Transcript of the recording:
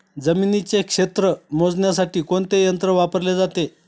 जमिनीचे क्षेत्र मोजण्यासाठी कोणते यंत्र वापरले जाते?